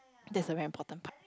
that's a very important part